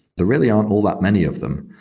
there really aren't all that many of them.